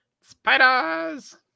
Spiders